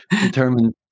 determined